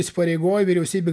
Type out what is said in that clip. įsipareigoja vyriausybė